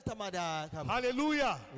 hallelujah